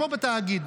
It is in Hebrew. כמו בתאגיד.